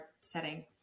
setting